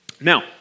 Now